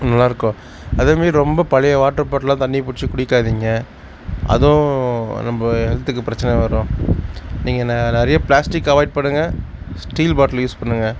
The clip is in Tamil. நல்லா இருக்கும் அதேமாதிரி ரொம்ப பழைய வாட்ரு பாட்டில்லான் தண்ணி பிடிச்சி குடிக்காதீங்க அதுவும் நம்ம ஹெல்த்துக்கு பிரச்சனை வரும் நீங்கள் ந நிறைய ப்ளாஸ்டிக் அவாய்ட் பண்ணுங்கள் ஸ்டீல் பாட்லு யூஸ் பண்ணுங்கள்